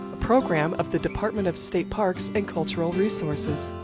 a program of the department of state parks and cultural resources.